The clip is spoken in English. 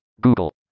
Google